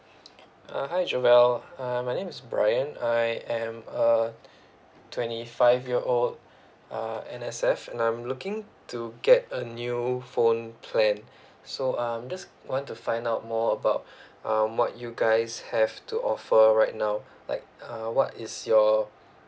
uh hi joel uh my name is brian I am uh twenty five year old uh N_S_F and I'm looking to get a new phone plan so I'm just want to find out more about uh what you guys have to offer right now like uh what is your